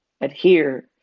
adhere